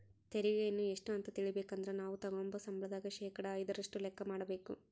ತೆರಿಗೆಯನ್ನ ಎಷ್ಟು ಅಂತ ತಿಳಿಬೇಕಂದ್ರ ನಾವು ತಗಂಬೋ ಸಂಬಳದಾಗ ಶೇಕಡಾ ಐದರಷ್ಟು ಲೆಕ್ಕ ಮಾಡಕಬೇಕು